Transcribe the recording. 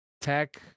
Tech